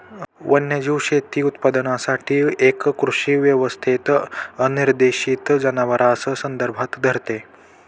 वन्यजीव शेती उत्पादनासाठी एक कृषी व्यवस्थेत अनिर्देशित जनावरांस संदर्भात धरते